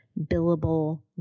billable